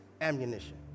ammunition